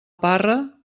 parra